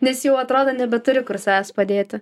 nes jau atrodo nebeturi kur savęs padėti